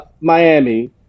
Miami